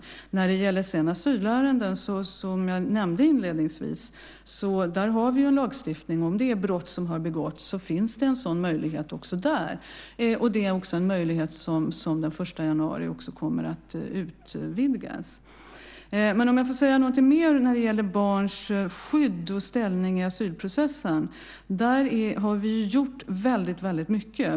När det gäller asylärenden, som jag nämnde inledningsvis, har vi en lagstiftning. Om det är brott som har begåtts finns det en sådan möjlighet också där. Det är en möjlighet som kommer att utvidgas den 1 januari. Om jag får säga någonting mer när det gäller barns skydd och ställning i asylprocessen är det att vi har gjort väldigt mycket.